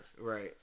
right